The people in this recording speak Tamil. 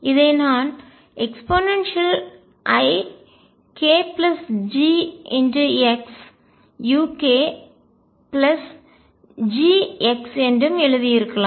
இதை நான் eikGxukG என்றும் எழுதியிருக்கலாம்